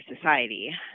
society